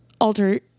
alter